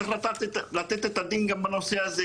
צריך לתת את הדין גם בנושא הזה,